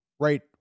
Right